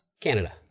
Canada